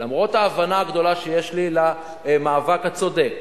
למרות ההבנה הגדולה שיש לי למאבק הצודק,